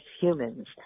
humans